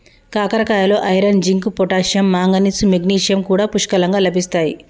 కాకరకాయలో iron, zinc, potassium, manganese, magnesium కూడా పుష్కలంగా లభిస్తాయి